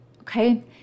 okay